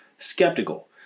skeptical